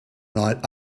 night